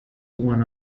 one